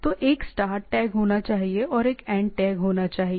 तो एक start tag होना चाहिए और एक एंड टैग होना चाहिए